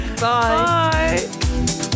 Bye